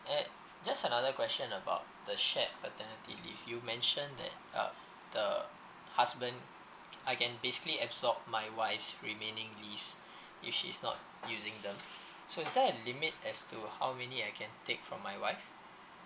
and just another question about the shared paternity leave you mentioned that uh the husband I can basically absorb my wife's remaining leaves if she's not using them so is there a limit as to how many I can take from my wife